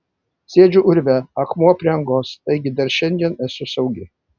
sėdžiu urve akmuo prie angos taigi dar šiandien esu saugi